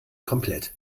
komplett